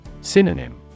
Synonym